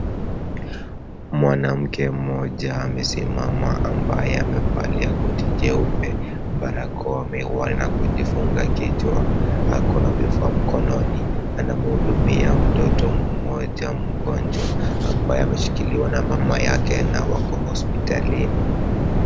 Mwanamke mmoja amesimama ambaye amevalia koti jeupe, barakoa na kujifunga kichwa ako na vifaa mkononi. Anamhudumia mtoto mmoja mgonjwa ambaye ameshikiliwa na mama yake na wako hospitalini.